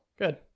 Good